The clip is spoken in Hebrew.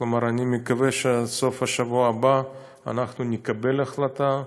כלומר אני מקווה שעד סוף השבוע הבא אנחנו נקבל החלטה,